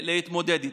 להתמודד איתם.